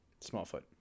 Smallfoot